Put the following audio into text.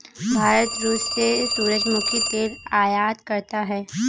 भारत रूस से सूरजमुखी तेल आयात करता हैं